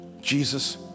Jesus